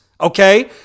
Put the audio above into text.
okay